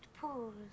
pools